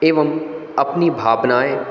एवं अपनी भावनाएँ